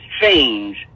change